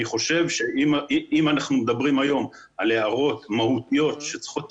אני חושב שאם אנחנו מדברים היום על הערות מהותיות שצריכות תיקון,